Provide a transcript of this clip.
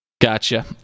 Gotcha